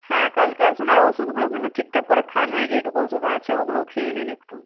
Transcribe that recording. হ্যাঁ কালকে আসুন আর ওষুধগুলো কিন্তু ঠিকঠাক করে খান মানে যেইটুকু ওষুধ আছে ওগুলোও খেয়ে নিন একটু